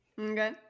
okay